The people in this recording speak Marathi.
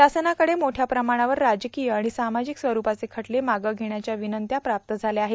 शासनाकडे मोठ्या प्रमाणावर राजकोय आर्माण सामाजिक स्वरुपाचे खटले मागं घेण्याच्या ीवनंत्या प्राप्त झाल्या आहेत